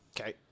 Okay